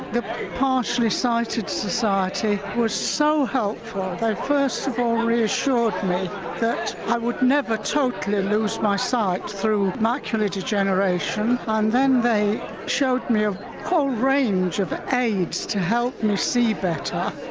the partially sighted society was so helpful, they first of all reassured me that i would never totally lose my sight through macular degeneration and then they showed me a whole range of aids to help me see better.